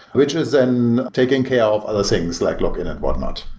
which is and taking care of other things, like login and whatnot.